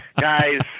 guys